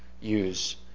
use